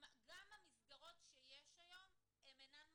גם המסגרות שיש היום אינן מספיקות,